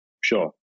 Sure